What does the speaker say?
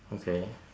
okay